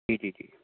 جی جی جی